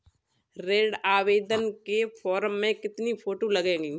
ऋण आवेदन के फॉर्म में कितनी फोटो लगेंगी?